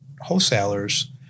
wholesalers